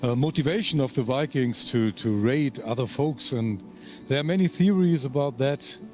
ah motivation of the vikings to, to raid other folks, and there are many theories about that,